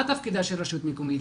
מה תפקידה של רשות מקומית?